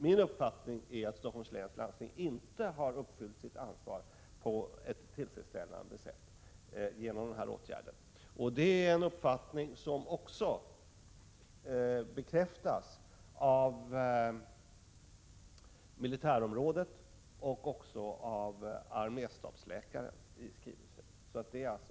Min uppfattning är att Stockholms läns landsting inte har uppfyllt sitt ansvar på ett tillfredsställande sätt genom denna åtgärd, och det är en uppfattning som bekräftas i en skrivelse från militärområdet och arméstabsläkaren.